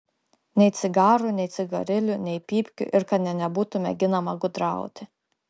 nei cigarų nei cigarilių nei pypkių ir kad nė nebūtų mėginama gudrauti